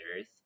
Earth